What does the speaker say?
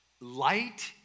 light